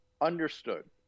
Understood